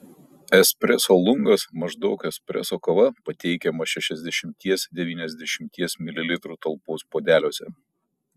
espreso lungas maždaug espreso kava pateikiama šešiasdešimties devyniasdešimties mililitrų talpos puodeliuose